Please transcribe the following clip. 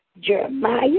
Jeremiah